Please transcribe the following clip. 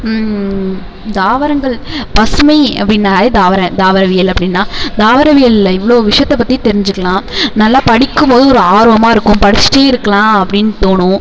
தாவரங்கள் பசுமை அப்படின்னாலே தாவர தாவரவியல் அப்படின்னு தான் தாவரவியல்ல இவ்வளோ விஷயத்த பற்றி தெரிஞ்சிக்கலாம் நல்லா படிக்கும்போது ஒரு ஆர்வமாக இருக்கும் படிச்சிகிட்டே இருக்கலாம் அப்படின்னு தோணும்